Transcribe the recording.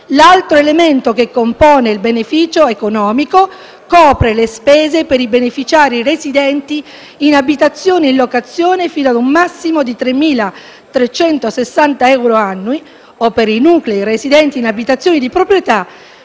l'altro elemento che compone il beneficio economico copre le spese per i beneficiari residenti in abitazione in locazione fino a un massimo di 3.360 euro annui, o per i nuclei residenti in abitazioni di proprietà